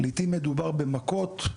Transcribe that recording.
לעיתים מדובר במכות,